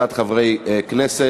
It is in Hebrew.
כן,